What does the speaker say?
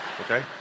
okay